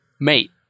Mate